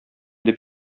дип